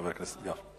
חבר הכנסת גפני.